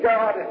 God